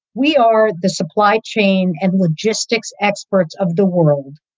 we are the supply chain and logistics experts of the world.